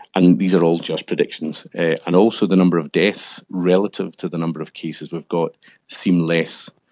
and these are all just predictions. and also the number of deaths relative to the number of cases we've got seem less,